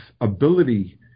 ability